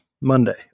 Monday